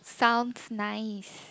sound nice